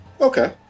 Okay